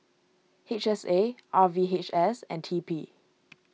H S A R V H S and T P